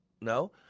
No